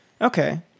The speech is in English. Okay